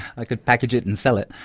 i could package it and sell it!